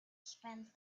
spend